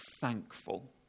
thankful